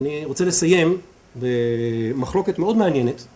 ‫אני רוצה לסיים במחלוקת ‫מאוד מעניינת.